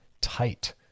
tight